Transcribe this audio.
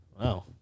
Wow